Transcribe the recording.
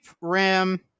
Ram